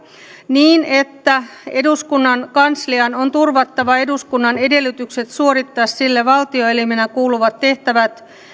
niin että eduskunnan kanslian on turvattava eduskunnan edellytykset suorittaa sille valtioelimenä kuuluvat tehtävät